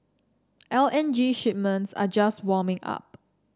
L N G shipments are just warming up